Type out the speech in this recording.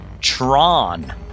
Tron